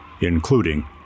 including